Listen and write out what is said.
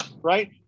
Right